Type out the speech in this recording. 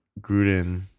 Gruden